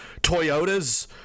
Toyotas